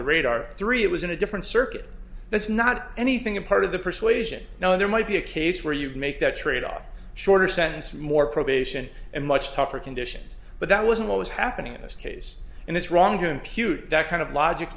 the radar three it was in a different circuit it's not anything a part of the persuasion now there might be a case where you make that tradeoff shorter sentence more probation and much tougher conditions but that wasn't what was happening in this case and it's wrong to impute that kind of logic